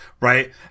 right